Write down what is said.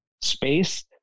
space